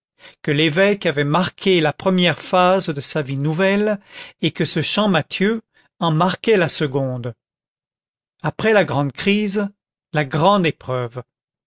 que l'évêque avait marqué la première phase de sa vie nouvelle et que ce champmathieu en marquait la seconde après la grande crise la grande épreuve